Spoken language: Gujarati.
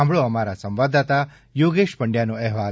સાંભળો અમારા સંવાદદાતા યોગેશ પંડવાનો અહેવાલ